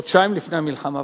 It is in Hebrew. חודשיים לפני המלחמה,